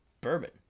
bourbon